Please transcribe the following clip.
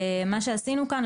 מה שעשינו כאן,